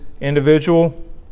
individual